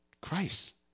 Christ